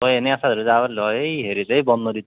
তই এনে আছা যদি যাব পাৰিলা হয় এই হেৰিত বননদীত